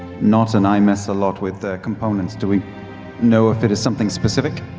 nott and i mess a lot with components. do we know if it is something specific?